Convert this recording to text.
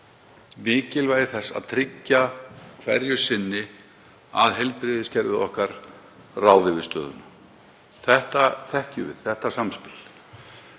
mikilvægis þess að tryggja hverju sinni að heilbrigðiskerfið okkar ráði við stöðuna. Við þekkjum þetta samspil.